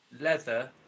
leather